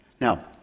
Now